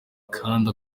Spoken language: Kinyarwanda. kandi